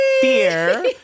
fear